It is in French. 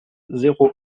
zéro